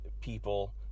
people